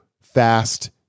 fast